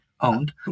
owned